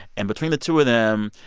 and between the two of them,